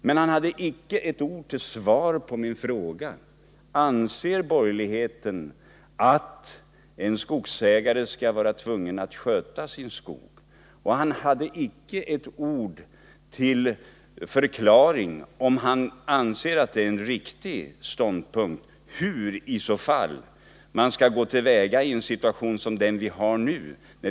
Men han hade icke ett ord till svar på min fråga: Anser borgerligheten att en skogsägare skall vara tvungen att sköta sin skog? Han hade icke ett ord till förklaring hur man skall gå till väga i en sådan situation som vi har nu.